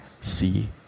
see